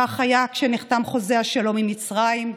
כך היה כשנחתם חוזה השלום עם מצרים,